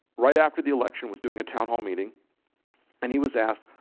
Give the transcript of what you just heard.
right after the election was doing a town hall meeting and he was asked